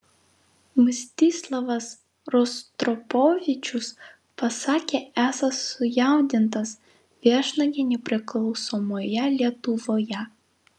mstislavas rostropovičius pasakė esąs sujaudintas viešnage nepriklausomoje lietuvoje